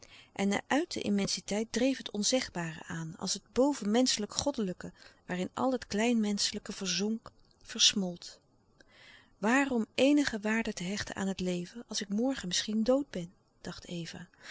en uit de immensiteit dreef het onzegbare aan als het bovenmenschelijk goddelijke waarin al het klein menschelijke verzonk versmolt waarom eenige waarde te hechten aan het leven als ik morgen misschien dood ben dacht eva